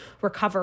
recover